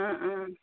অঁ অঁ